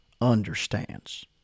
understands